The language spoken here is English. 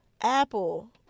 Apple